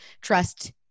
trust